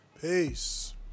Peace